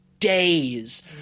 days